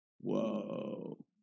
Whoa